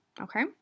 Okay